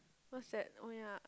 what's that oh ya